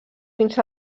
fins